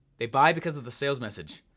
they buy because of the sales message,